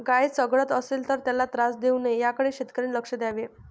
गाय चघळत असेल तर त्याला त्रास देऊ नये याकडे शेतकऱ्यांनी लक्ष द्यावे